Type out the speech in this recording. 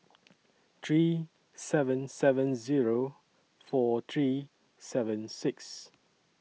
three seven seven Zero four three seven six